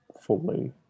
fully